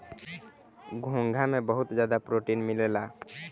घोंघा में बहुत ज्यादा प्रोटीन मिलेला